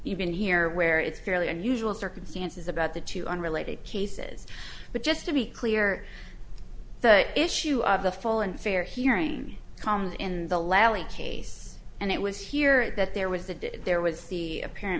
even here where it's fairly unusual circumstances about the two unrelated cases but just to be clear issue of the full and fair hearing comment in the last case and it was here that there was a did there was the apparent